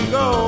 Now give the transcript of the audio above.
go